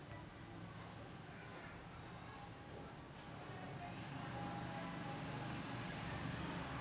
ग्रीनपीसच्या वन मोहिमेमुळे ऐतिहासिकदृष्ट्या जंगलतोड संपली असती